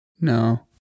No